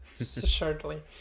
shortly